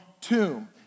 tomb